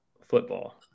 Football